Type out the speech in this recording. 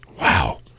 Wow